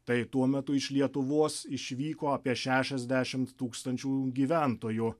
tai tuo metu iš lietuvos išvyko apie šešiasdešimt tūkstančių gyventojų